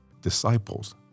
Disciples